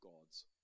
God's